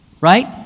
Right